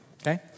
okay